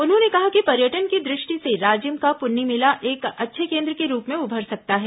उन्होंने कहा कि पर्यटन की दृष्टि से राजिम का पुन्नी मेला एक अच्छे केन्द्र के रूप में उभर सकता है